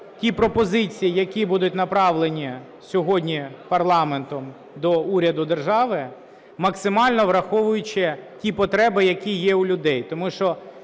ті пропозиції, які будуть направлені сьогодні парламентом до уряду держави, максимально враховуючи ті потреби, які є у людей.